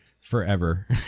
forever